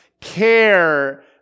care